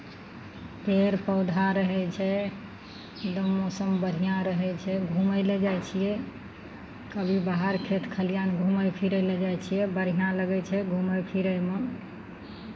पेड़ पौधा रहै छै एकदम मौसम बढ़िआँ रहै छै घूमय लए जाइ छियै कभी बाहर खेत खलिहान घूमय फिरय लए जाइ छियै बढ़िआँ लगै छै घूमय फिरयमे